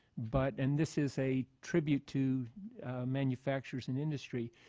but and this is a tribute to manufacturers and industry,